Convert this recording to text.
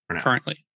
currently